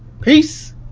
Peace